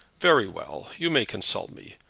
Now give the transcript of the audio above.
very well. you may consult me.